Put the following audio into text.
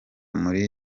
muri